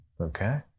Okay